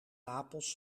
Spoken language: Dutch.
napels